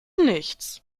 nichts